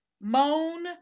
moan